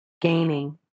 gaining